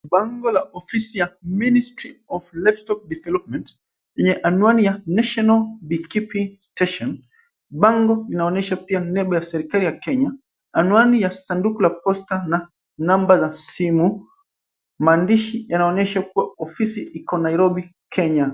Bango la ofisi ya ministry of livestock development , lenye anwani ya national beekeeping station . Bango linaonyesha pia nembo ya serikali ya Kenya, anwani ya sanduku la posta na namba za simu. Maandishi yanaonyesha kuwa ofisi iko Nairobi, Kenya.